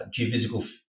geophysical